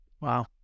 wow